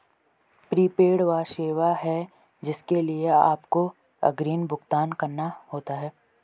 prepaid वह सेवा है जिसके लिए आपको अग्रिम भुगतान करना होता है